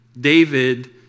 David